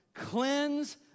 cleanse